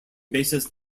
bassist